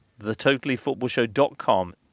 thetotallyfootballshow.com